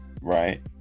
right